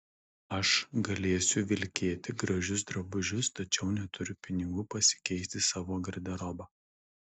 aš galėsiu vilkėti gražius drabužius tačiau neturiu pinigų pasikeisti savo garderobą